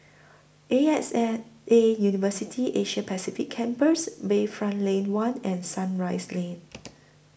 A X and A University Asia Pacific Campus Bayfront Lane one and Sunrise Lane